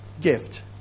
gift